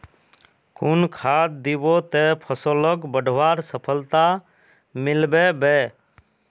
कुन खाद दिबो ते फसलोक बढ़वार सफलता मिलबे बे?